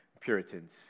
Puritans